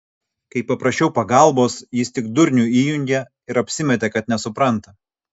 kai paprašiau pagalbos jis tik durnių įjungė ir apsimetė kad nesupranta